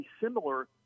similar